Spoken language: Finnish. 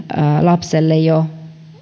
lapselle jo